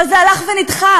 אבל זה הלך ונדחה,